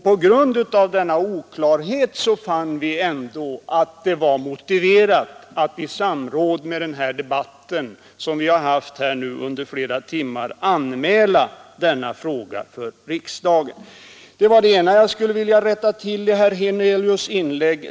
På grund av denna oklarhet fann vi att det ändå var motiverat att i samband med grundlagspropositionen anmäla denna fråga för riksdagen. Det var det ena jag skulle rätta till i herr Hernelius” inlägg.